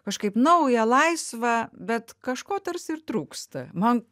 kažkaip nauja laisva bet kažko tarsi ir trūksta man